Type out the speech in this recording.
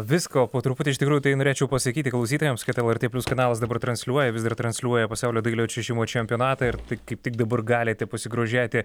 visko po truputį iš tikrųjų tai norėčiau pasakyti klausytojams kad lrt plius kanalas dabar transliuoja vis dar transliuoja pasaulio dailiojo čiuožimo čempionatą ir tik kaip tik dabar galite pasigrožėti